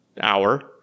hour